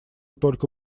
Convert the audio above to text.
только